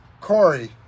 Corey